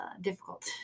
difficult